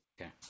Okay